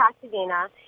Pasadena